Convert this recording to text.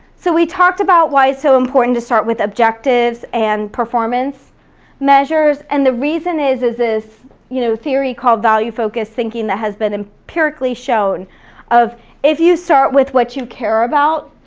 so we talked about why it's so important to start with objectives and performance measures, and the reason is is this you know theory called value-focused thinking that has been empirically shown of if you start with what you care about,